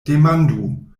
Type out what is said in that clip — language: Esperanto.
demandu